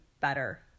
better